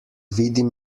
vidim